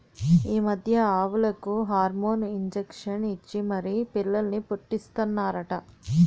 ఈ మధ్య ఆవులకు హార్మోన్ ఇంజషన్ ఇచ్చి మరీ పిల్లల్ని పుట్టీస్తన్నారట